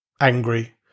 angry